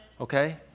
Okay